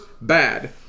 bad